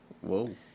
Whoa